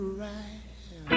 right